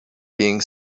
being